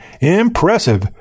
Impressive